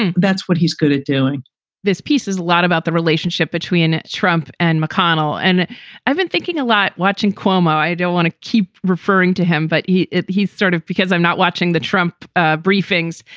and that's what he's good at doing this piece is a lot about the relationship between trump and mcconnell. and i've been thinking a lot. watching cuomo, i don't want to keep referring to him, but he's he's sort of because i'm not watching the trump ah briefings.